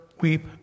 Weep